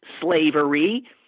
slavery